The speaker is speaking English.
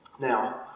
Now